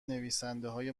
نویسندههای